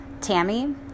Tammy